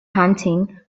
hunting